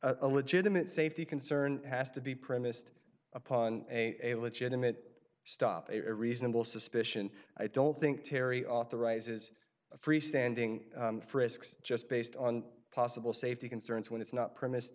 a legitimate safety concern has to be premised upon a legitimate stop a reasonable suspicion i don't think terry authorizes a freestanding frisks just based on possible safety concerns when it's not premise